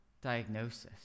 diagnosis